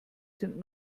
sind